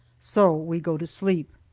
so we go to sleep.